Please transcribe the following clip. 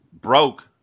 broke